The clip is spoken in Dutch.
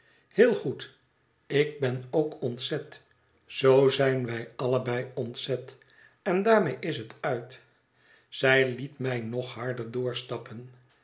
heel goed ik ben ook ontzet zoo zijn wij allebei ontzet en daarmee is het uit zij liet mij nog harder doorstappen